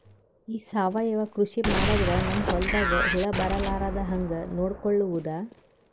ಈ ಸಾವಯವ ಕೃಷಿ ಮಾಡದ್ರ ನಮ್ ಹೊಲ್ದಾಗ ಹುಳ ಬರಲಾರದ ಹಂಗ್ ನೋಡಿಕೊಳ್ಳುವುದ?